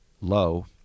Low